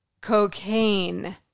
Cocaine